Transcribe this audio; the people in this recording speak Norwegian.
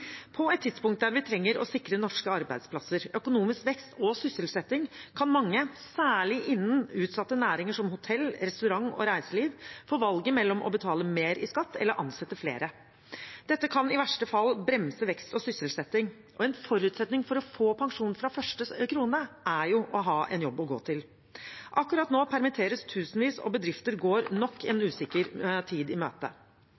På et tidspunkt da vi trenger å sikre norske arbeidsplasser, økonomisk vekst og sysselsetting, kan mange – særlig innen utsatte næringer som hotell, restaurant og reiseliv – få valget mellom å betale mer i skatt eller ansette flere. Dette kan i verste fall bremse vekst og sysselsetting, og en forutsetning for å få pensjon fra første krone er jo å ha en jobb å gå til. Akkurat nå permitteres tusenvis, og bedrifter går nok en